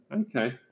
okay